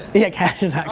yeah cash is